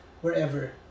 wherever